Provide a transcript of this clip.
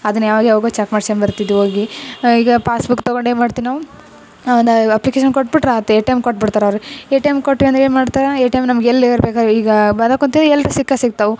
ಅದನ್ನು ಯಾವಾಗ ಯಾವಾಗೊ ಚೆಕ್ ಮಾಡ್ಸಕೊಂಬರ್ತಿದ್ವು ಹೋಗಿ ಈಗ ಪಾಸ್ಬುಕ್ ತೊಗೊಂಡು ಏನು ಮಾಡ್ತೀವಿ ನಾವು ನಾವು ಒಂದು ಅಪ್ಲಿಕೇಶನ್ ಕೊಟ್ಬಿಟ್ರೆ ಆತು ಎ ಟಿ ಎಮ್ ಕೊಟ್ಬಿಡ್ತಾರೆ ಅವರು ಎ ಟಿ ಎಮ್ ಕೊಟ್ವಿ ಅಂದ್ರೆ ಏನು ಮಾಡ್ತಾರೆ ಎ ಟಿ ಎಮ್ ನಮ್ಗೆ ಎಲ್ಯಾರು ಬೇಕಾಗಿತ್ತು ಈಗ ಬರಾಕೆ ಕುಂತೇವೆ ಎಲ್ಲರ ಸಿಕ್ಕಾ ಸಿಗ್ತಾವೆ